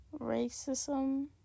racism